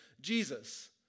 Jesus